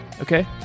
Okay